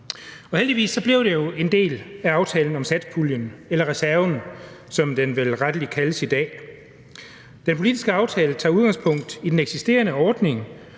Heldigvis blev det jo en del af aftalen om satspuljen eller reserven, som den vel rettelig kaldes i dag. Den politiske aftale tager udgangspunkt i den eksisterende ordning